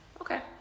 Okay